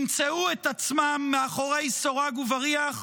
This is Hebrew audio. ימצאו את עצמם מאחורי סורג ובריח?